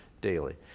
daily